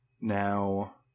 Now